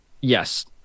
Yes